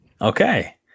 okay